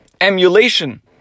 emulation